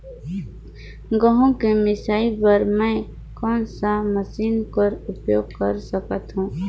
गहूं के मिसाई बर मै कोन मशीन कर प्रयोग कर सकधव?